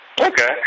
Okay